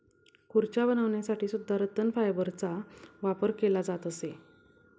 खुर्च्या बनवण्यासाठी सुद्धा रतन फायबरचा वापर केला जात असे